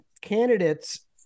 Candidates